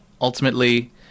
ultimately